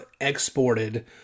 exported